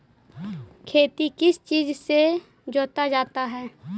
खेती किस चीज से जोता जाता है?